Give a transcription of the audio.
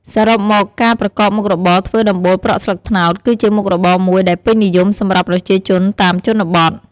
សរុបមក ការប្រកបមុខរបរធ្វើដំបូលប្រក់ស្លឹកត្នោត គឺជាមុខរបរមួយដែលពេញនិយមសម្រាប់ប្រជាជនតាមជនបទ។